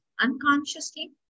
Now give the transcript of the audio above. unconsciously